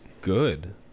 good